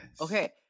Okay